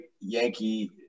Yankee